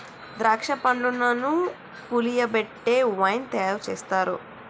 ద్రాక్ష పండ్లను పులియబెట్టి వైన్ తయారు చేస్తారు